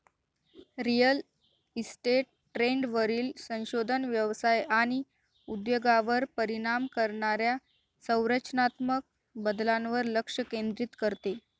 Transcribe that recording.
real estate ट्रेंडवरील संशोधन व्यवसाय आणि उद्योगावर परिणाम करणाऱ्या संरचनात्मक बदलांवर लक्ष केंद्रित करते